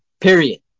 period